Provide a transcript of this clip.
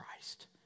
Christ